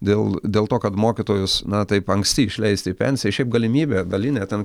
dėl dėl to kad mokytojus na taip anksti išleisti į pensiją šiaip galimybė dalinė ten